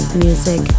music